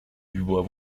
dubois